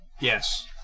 Yes